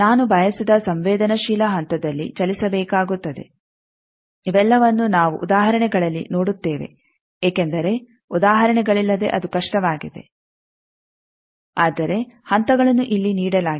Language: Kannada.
ನಾನು ಬಯಸಿದ ಸಂವೇದನಾಶೀಲ ಹಂತದಲ್ಲಿ ಚಲಿಸಬೇಕಾಗುತ್ತದೆ ಇವೆಲ್ಲವನ್ನೂ ನಾವು ಉದಾಹರಣೆಗಳಲ್ಲಿ ನೋಡುತ್ತೇವೆ ಏಕೆಂದರೆ ಉದಾಹರಣೆಗಳಿಲ್ಲದೆ ಅದು ಕಷ್ಟವಾಗಿದೆ ಆದರೆ ಹಂತಗಳನ್ನು ಇಲ್ಲಿ ನೀಡಲಾಗಿದೆ